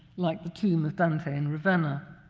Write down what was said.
like the tomb of dante in ravenna.